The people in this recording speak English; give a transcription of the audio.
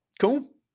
Cool